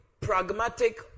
pragmatic